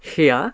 সেয়া